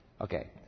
Okay